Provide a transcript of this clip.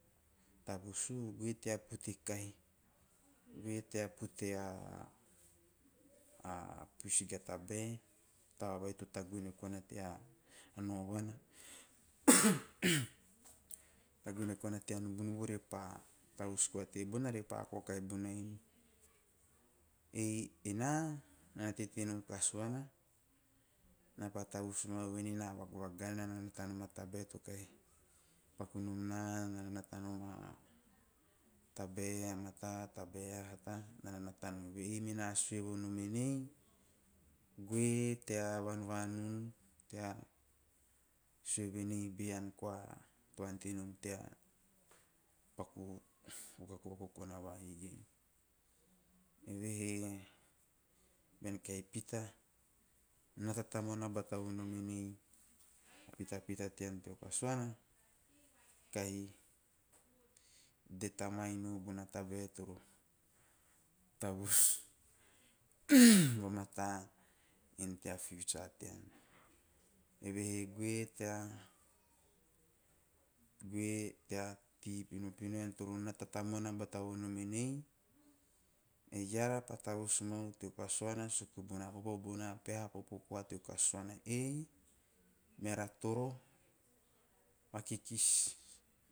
Tavus u, goe tea pote kahi, goe tea pote puis ge a tabae vai to tagune koana tea noavana tagune koana tea nubunubu, tavus koa tebona ore pa kaokahi bona inu. Ei ena napa tavus mau kasuana nana nata nom tabae to kahi pakunom na, ena vagvagan enana nata nom a tabe a mata a e a tabae a hata ei mena sue vonnom en goe tea vanvanun tea sue venei e ian koa to antenom tea paku o kaen vakokona vai. Evehe bean kahi pita nata tamuana bata vonom en pita tean teo kasuana kahi determine u bean kahi tavus vamata tea future tean evehe goe- goe tea tei pinopino, ean toro nata tamuana bata vonom enei ean pa tavus mau teo kasuana suku bona peha popo koa teo kasuana suku bona peha popo koa teo kasuana ei meara toro vakikis